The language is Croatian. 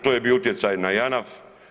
To je bio utjecaj na JANAF.